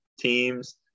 teams